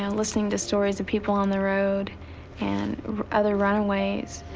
um listening to stories of people on the road and other runaways,